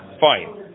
fine